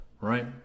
right